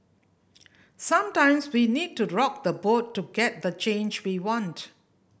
sometimes we need to rock the boat to get the change we want